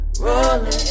rolling